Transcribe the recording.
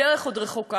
הדרך עוד רחוקה.